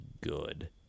good